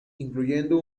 incluyendo